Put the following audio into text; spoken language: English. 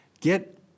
Get